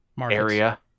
area